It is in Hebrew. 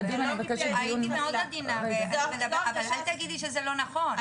הייתי מאוד עדינה, אבל אל תגידי שזה לא נכון.